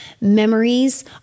memories